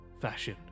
fashion